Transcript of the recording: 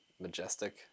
majestic